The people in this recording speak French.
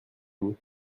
vous